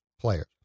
players